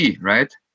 right